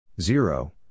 zero